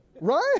Right